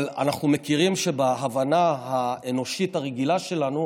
אבל אנחנו מכירים שבהבנה האנושית הרגילה שלנו